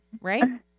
Right